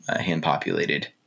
hand-populated